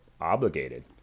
Obligated